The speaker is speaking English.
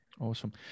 Awesome